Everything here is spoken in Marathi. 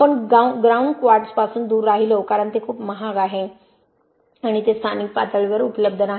आपण ग्राउंड क्वार्ट्जपासून दूर राहिलो कारण ते खूप महाग आहे आणि ते स्थानिक पातळीवर उपलब्ध नाही